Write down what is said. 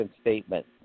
statement